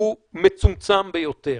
הוא מצומצם ביותר.